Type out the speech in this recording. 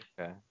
Okay